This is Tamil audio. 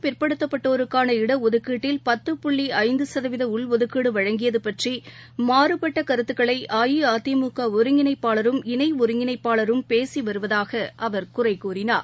பிற்படுத்தப்பட்டோருக்கான மிகவும் இடஒதுக்கீட்டில் பத்வ புள்ளிஐந்துசதவீதம் உள்ஒதுக்கீடுவழங்கியதுபற்றிமாறுபட்டகருத்துகளைஅஇஅதிமுகஒருங்கிணைப்பாளரும் இணைஒருங்கிணைப்பாளரும் பேசிவருவதாகஅவர் குறைகூறினார்